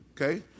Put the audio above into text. Okay